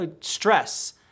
stress